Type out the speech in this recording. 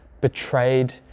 betrayed